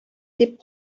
дип